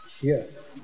yes